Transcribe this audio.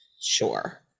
sure